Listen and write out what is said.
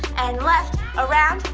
and left, around,